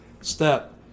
step